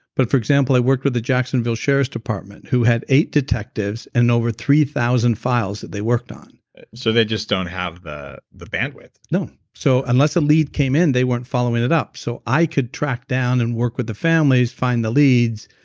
but for example i worked with the jacksonville sheriff's department who had eight detectives and over three thousand files that they worked on so they just don't have the the bandwidth? no, so unless a lead came in they weren't following it up. so i could track down and work with the families, find the leads,